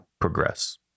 progress